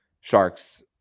Sharks